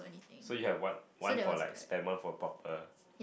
so you have one one for like spam one for proper